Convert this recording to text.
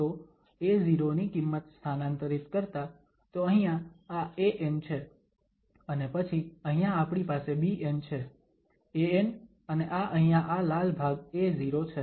તો a0 ની કિંમત સ્થાનાંતરીત કરતા તો અહીંયા આ an છે અને પછી અહીંયા આપણી પાસે bn છે an અને આ અહીંયાં આ લાલ ભાગ a0 છે